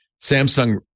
Samsung